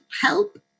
help